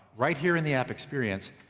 right here in the app experience,